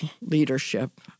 leadership